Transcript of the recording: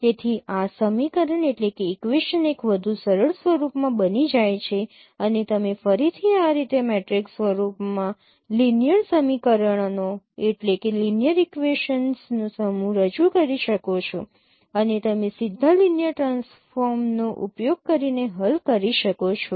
તેથી આ સમીકરણ એક વધુ સરળ સ્વરૂપમાં બની જાય છે અને તમે ફરીથી આ રીતે મેટ્રિક્સ સ્વરૂપમાં લિનિયર સમીકરણોનો સમૂહ રજૂ કરી શકો છો અને તમે સીધા લિનિયર ટ્રાન્સફૉર્મનો ઉપયોગ કરીને હલ કરી શકો છો